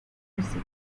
jersey